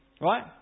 Right